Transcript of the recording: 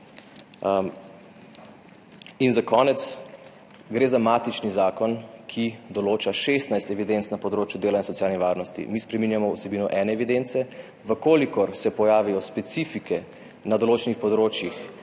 In za konec, gre za matični zakon, ki določa 16 evidenc na področju dela in socialne varnosti. Mi spreminjamo vsebino ene evidence. V kolikor se pojavijo specifike na določenih področjih,